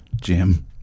Jim